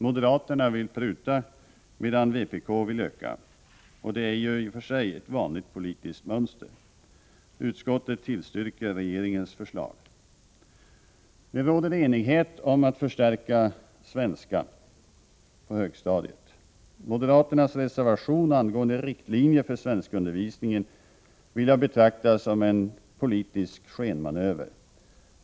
Moderaterna vill pruta, medan vpk vill öka anslaget, och det är ju i och för sig ett vanligt politiskt mönster. Utskottet tillstyrker regeringens förslag. Det råder enighet om att förstärka ämnet svenska på högstadiet. Moderaternas reservation angående riktlinjer för svenskundervisningen vill jag betrakta som en politisk skenmanöver.